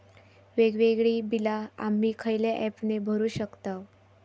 वेगवेगळी बिला आम्ही खयल्या ऍपने भरू शकताव?